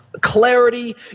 Clarity